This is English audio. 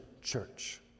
church